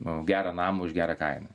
nu gerą namą už gerą kainą